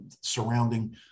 surrounding